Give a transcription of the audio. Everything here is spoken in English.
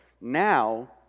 Now